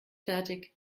fertig